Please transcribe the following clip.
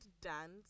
dance